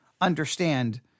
understand